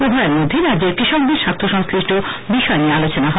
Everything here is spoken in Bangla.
উভয়ের মধ্যে রাজ্যের কৃষকদের স্বার্থ সংশ্লিষ্ট বিষয় নিয়ে আলোচনা হয়